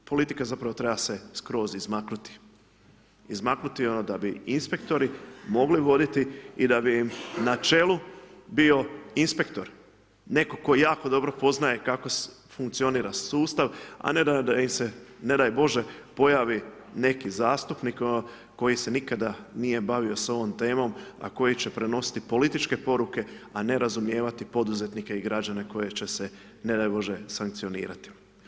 Politika zapravo treba se skroz izmaknuti, izmaknuti da bi inspektori mogli voditi i da bi im na čelu bio inspektor, netko tko jako dobro poznaje kako funkcionira sustav, a ne da im se, ne daj Bože, pojavi neki zastupnik koji se nikada nije bavio s ovom temom, a koji će prenositi političke poruke, a ne razumijevati poduzetnike i građane koje će se, ne daj Bože, sankcionirati.